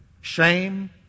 Shame